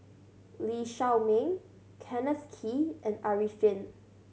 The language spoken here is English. Lee Shao Meng Kenneth Kee and Arifin